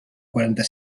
quaranta